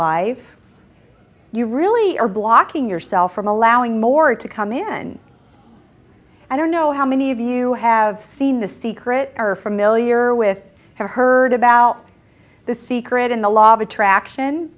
life you really are blocking yourself from allowing more to come in i don't know how many of you have seen the secret or are familiar with have heard about the secret in the law of attraction